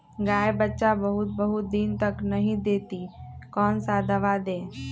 गाय बच्चा बहुत बहुत दिन तक नहीं देती कौन सा दवा दे?